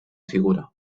figura